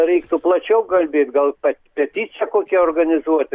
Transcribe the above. reiktų plačiau kalbėt gal pe peticiją kokią organizuoti